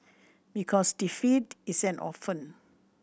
because defeat is an orphan